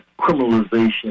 criminalization